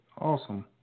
Awesome